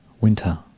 winter